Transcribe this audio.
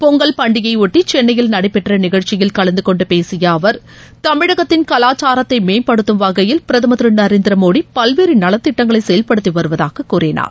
பொங்கல் பண்டிகையை ஒட்டி சென்னையில் நடைபெற்ற நிகழ்ச்சியில் கலந்து கொண்டு பேசிய அவர் தமிழகத்தின் கலாச்சாரத்தை மேம்படுத்தும் வகையில் பிரதமர் திரு நரேந்திர மோடி பல்வேறு நலத்திட்டங்களை செயல்படுத்தி வருவதாக கூறினார்